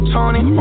Tony